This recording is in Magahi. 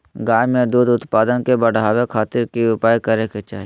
गाय में दूध उत्पादन के बढ़ावे खातिर की उपाय करें कि चाही?